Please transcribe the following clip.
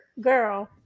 girl